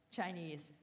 Chinese